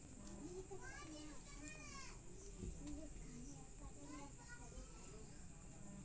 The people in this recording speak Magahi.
भेड़ बकरी अपन आधार नंबर के छल्ला कान में पिन्हतय